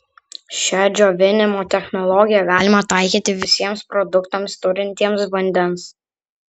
šią džiovinimo technologiją galima taikyti visiems produktams turintiems vandens